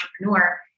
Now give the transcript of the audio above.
entrepreneur